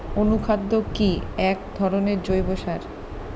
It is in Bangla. অনুখাদ্য কি এক ধরনের জৈব সার?